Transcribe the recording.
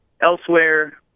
elsewhere